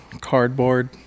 cardboard